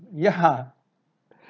ya